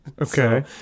okay